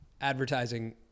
advertising